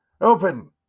Open